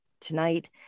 tonight